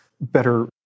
better